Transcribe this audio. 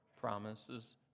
promises